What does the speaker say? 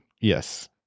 Yes